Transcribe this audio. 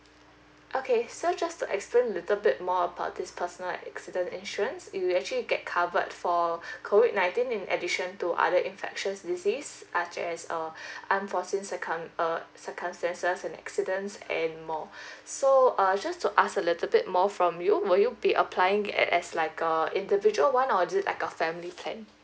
okay so just to explain a little bit more about this personal accident insurance you will actually get covered for COVID nineteen in addition to other infectious disease such as uh unforeseen circum~ uh circumstances and accidents and more so uh just to ask a little bit more from you will you be applying as like uh individual [one] or just like a family plan